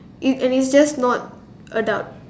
it and it's just not adult